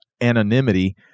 anonymity